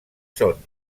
són